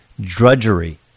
drudgery